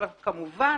אבל כמובן